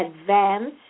advanced